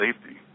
safety